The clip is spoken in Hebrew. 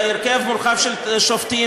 בהרכב מורחב של שופטים,